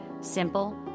Simple